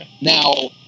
Now